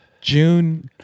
June